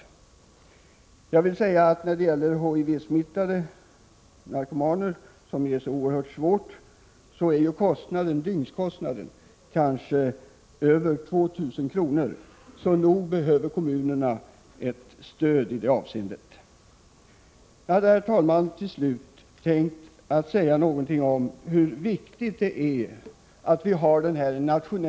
För vården av HIV-smittade narkomaner, som är oerhört svår, är dygnskostnaden kanske över 2 000 kr., så nog behöver kommunerna ett stöd i det avseendet. Herr talman! Jag hade till slut tänkt säga någonting om hur viktigt det är med nationell samling i den här frågan.